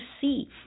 see